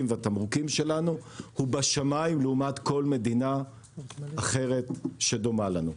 והתמרוקים שלנו הוא בשמיים לעומת כל מדינה אחרת שדומה לנו.